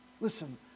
Listen